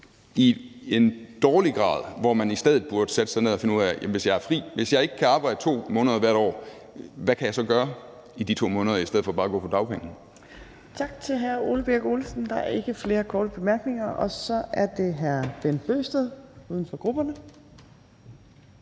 i en dårlig grad, hvor man i stedet burde sætte sig ned og finde ud af: Hvis jeg har fri, hvis jeg ikke kan arbejde 2 måneder hvert år, hvad kan jeg så gøre i de 2 måneder i stedet for bare at gå på dagpenge? Kl. 15:31 Tredje næstformand (Trine Torp): Tak til hr. Ole Birk Olesen. Der er ikke flere korte bemærkninger. Og så er det hr. Bent Bøgsted, uden for grupperne.